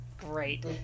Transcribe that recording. Great